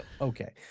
Okay